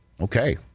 Okay